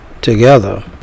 together